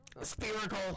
Spherical